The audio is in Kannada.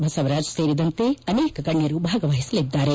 ಬಸವರಾಜ್ ಸೇರಿದಂತೆ ಅನೇಕ ಗಣ್ಯರು ಭಾಗವಹಿಸಲಿದ್ದಾರೆ